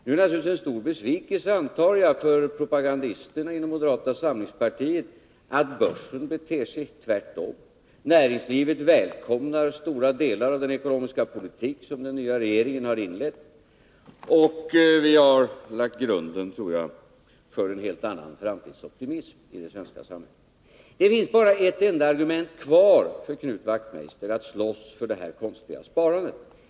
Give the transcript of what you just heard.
Nu är det naturligtvis, antar jag, en stor besvikelse för propagandisterna inom moderata samlingspartiet att börsen beter sig tvärtom. Näringslivet välkomnar stora delar av den ekonomiska politik som den nya regeringen har inlett. Vi har lagt grunden, tror jag, för en helt annan framtidsoptimism i det svenska samhället. Det finns bara ett enda argument kvar för Knut Wachtmeister när det gäller att slåss för det här konstiga sparandet.